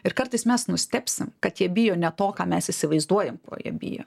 ir kartais mes nustebsim kad jie bijo ne to ką mes įsivaizduojam ko jie bijo